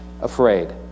afraid